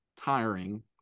tiring